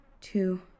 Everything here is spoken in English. two